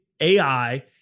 AI